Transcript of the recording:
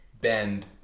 bend